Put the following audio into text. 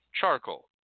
charcoal